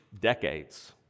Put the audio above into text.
decades